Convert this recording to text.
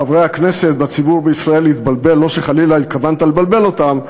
חברי הכנסת והציבור בישראל להתבלבל לא שחלילה התכוונת לבלבל אותם,